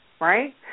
right